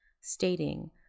stating